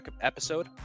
episode